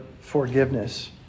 forgiveness